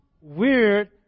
weird